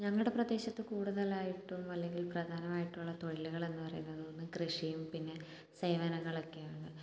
ഞങ്ങളുടെ പ്രദേശത്ത് കൂടുതൽ ആയിട്ടും അല്ലെങ്കിൽ പ്രധാനമായിട്ടും ഉള്ള തൊഴിലുകളെന്ന് പറയുന്നത് ഒന്ന് കൃഷിയും പിന്നെ സേവനങ്ങളൊക്കെയാണ്